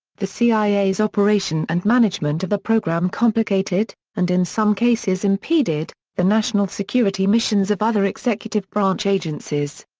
the cia's operation and management of the program complicated, and in some cases impeded, the national security missions of other executive branch agencies.